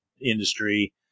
industry